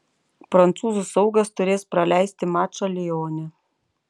prancūzų saugas turės praleisti mačą lione